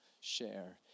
share